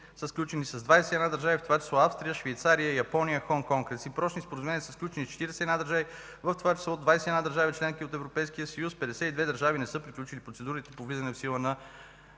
са сключени с 21 държави, в това число Австрия, Швейцария, Япония, Хонг Конг. Реципрочни споразумения са сключени с 41 държави, в това число 21 държави – членки на Европейския съюз, 52 държави не са приключили процедурите по влизане в сила на